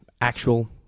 actual